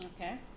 Okay